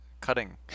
cutting